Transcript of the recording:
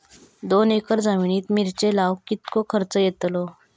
दोन एकर जमिनीत मिरचे लाऊक कितको खर्च यातलो?